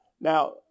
Now